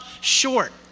short